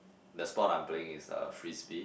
the sport I'm playing is uh frisbee